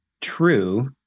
true